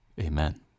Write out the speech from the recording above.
Amen